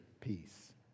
peace